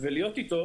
ולהיות איתו